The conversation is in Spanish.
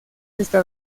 esta